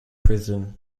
prison